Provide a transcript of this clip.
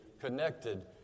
connected